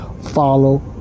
follow